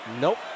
Nope